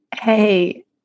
hey